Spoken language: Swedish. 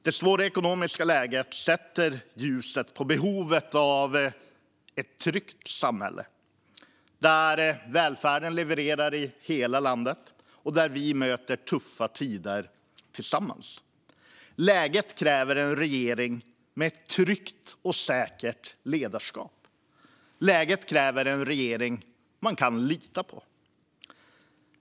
Det svåra ekonomiska läget sätter ljuset på behovet av ett tryggt samhälle, där välfärden levererar i hela Sverige och där vi möter tuffa tider tillsammans. Läget kräver en regering med ett tryggt och säkert ledarskap. Läget kräver en regering som man kan lita på.